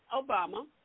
Obama